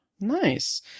Nice